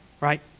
right